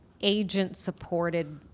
agent-supported